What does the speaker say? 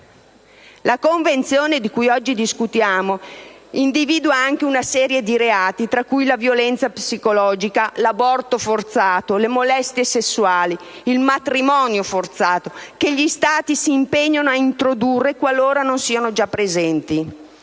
La Convenzione di cui oggi discutiamo individua anche una serie di reati - tra cui la violenza psicologica, l'aborto forzato, le molestie sessuali, il matrimonio forzato - che gli Stati si impegnano a introdurre qualora non siano già presenti